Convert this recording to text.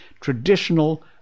traditional